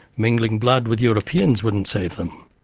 mingling blood with europeans wouldn't save them.